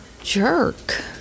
jerk